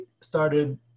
started